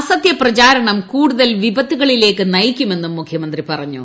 അസത്യ പ്രചരണം കൂടുതൽ വിപത്തുകളിലേക്ക് നയിക്കുമെന്നും മുഖ്യമന്ത്രി പറഞ്ഞു